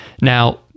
Now